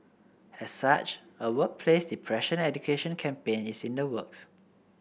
as such a workplace depression education campaign is in the works